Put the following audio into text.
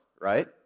right